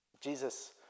Jesus